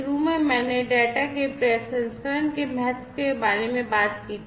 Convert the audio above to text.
शुरू में मैंने डेटा के प्रसंस्करण के महत्व के बारे में बात की थी